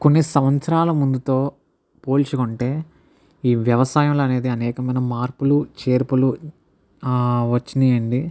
కొన్ని సంవత్సరాల ముందుతో పోల్చుకుంటే ఈ వ్యవసాయం అనేది అనేకమైన మార్పులు చేర్పులు వచ్చినాయండి